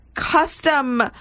custom